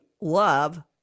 love